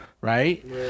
right